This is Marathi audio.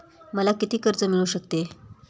मला किती कर्ज मिळू शकते?